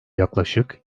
yaklaşık